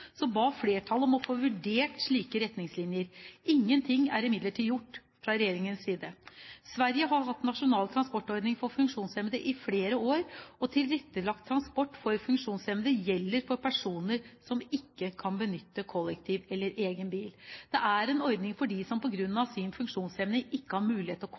regjeringens side. Sverige har hatt en nasjonal transportordning for funksjonshemmede i flere år. Tilrettelagt transport for funksjonshemmede gjelder for personer som ikke kan benytte kollektivtilbud eller egen bil. Det er en ordning for dem som på grunn av sin funksjonshemning ikke har mulighet til å